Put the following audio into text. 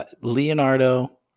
Leonardo